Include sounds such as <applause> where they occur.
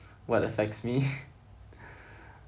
what affects me <laughs>